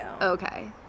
Okay